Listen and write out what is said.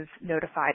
notified